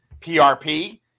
PRP